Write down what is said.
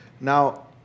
Now